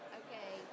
okay